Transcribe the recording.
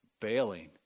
bailing